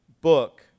book